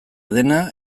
dena